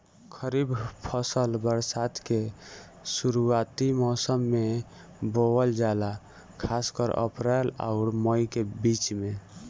खरीफ फसल बरसात के शुरूआती मौसम में बोवल जाला खासकर अप्रैल आउर मई के बीच में